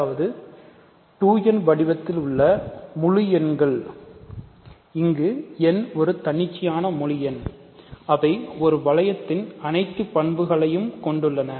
அதாவது 2n வடிவத்தின் உள்ள முழு எண்கள் இங்கு n ஒரு தன்னிச்சையான முழு எண் அவை ஒரு வளையத்தின் அனைத்து பண்புகளையும் கொண்டுள்ளன